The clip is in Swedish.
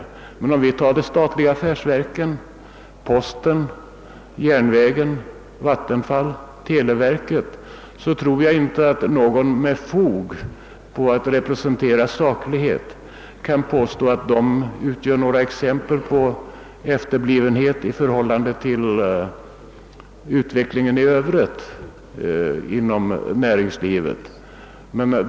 Om vi emellertid tar de statliga affärsverken posten, järnvägen, vattenfall, televerket, tror jag inte att någon med anspråk på att representera saklighet kan påstå att dessa verk utgör exempel på efterblivenhet i förhållande till utvecklingen i övrigt inom näringslivet.